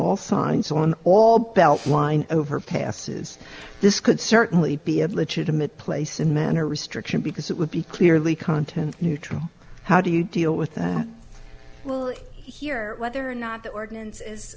all signs on all beltline overpasses this could certainly be a legitimate place and manner restrictions because it would be clearly content neutral how do you deal with that we'll hear whether or not the ordinance is